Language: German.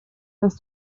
das